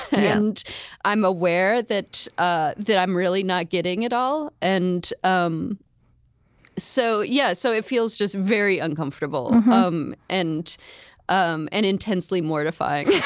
and i'm aware that ah that i'm really not getting it all. and um so yeah so it feels just very uncomfortable um and um and intensely mortifying.